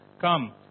Come